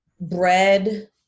bread